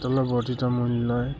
তেলৰ বৰ্ধিত মূল্যই